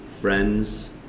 friend's